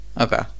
Okay